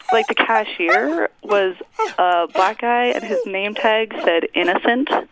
like, the cashier was a black guy. and his name tag said innocent.